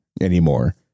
anymore